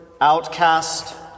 outcast